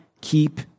keep